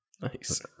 Nice